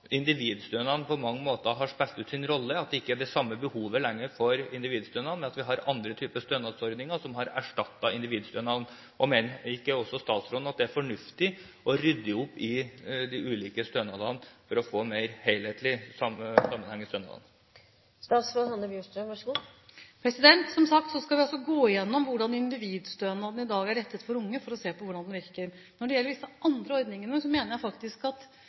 individstønaden på mange måter har utspilt sin rolle – at det ikke er det samme behovet for individstønaden, men at vi har andre typer stønadsordninger som erstatter individstønaden? Og mener ikke statsråden at det er fornuftig å rydde opp i de ulike stønadene for å få en mer helhetlig sammenheng i dem? Som sagt skal vi gå gjennom hvordan individstønaden i dag er rettet for unge, for å se på hvordan den virker. Når det gjelder disse andre ordningene, mener jeg faktisk at